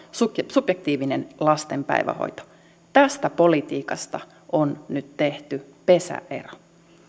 subjektiivinen lasten päivähoito tästä politiikasta on nyt tehty pesäero